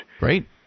Right